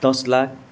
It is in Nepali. दस लाख